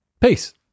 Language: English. peace